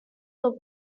look